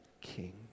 king